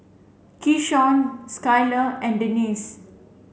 keyshawn Skylar and Denise